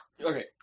Okay